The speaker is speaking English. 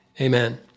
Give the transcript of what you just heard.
Amen